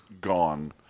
gone